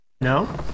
No